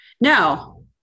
No